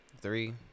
Three